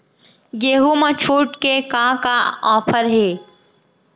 गेहूँ मा छूट के का का ऑफ़र हे?